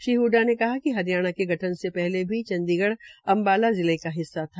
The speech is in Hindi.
श्री हडडा ने कहा कि हरियाणा के गठन से पहले चंडीगढ़ अबाला जिले का हिस्सा था